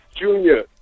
Junior